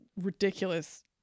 ridiculous